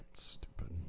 stupid